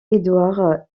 édouard